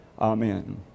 Amen